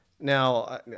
Now